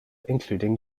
including